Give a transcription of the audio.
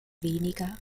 weniger